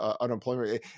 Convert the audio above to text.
unemployment